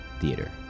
Theater